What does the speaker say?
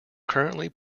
currently